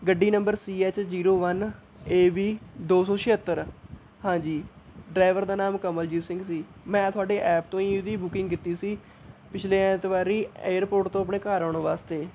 ਗੱਡੀ number C H zero one A V ਦੋ ਸੌ ਛਿਅੱਤਰ ਹਾਂਜੀ ਡਰਾਇਵਰ ਦਾ ਨਾਮ ਕਮਲਜੀਤ ਸਿੰਘ ਸੀ ਮੈਂ ਤੁਹਾਡੇ ਐਪ ਤੋਂ ਹੀ ਇਹਦੀ ਬੁਕਿੰਗ ਕੀਤੀ ਸੀ ਪਿਛਲੇ ਐਤਵਾਰ ਹੀ ਏਅਰਪੋਰਟ ਤੋਂ ਆਪਣੇ ਘਰ ਆਉਣ ਵਾਸਤੇ